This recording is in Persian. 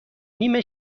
نیم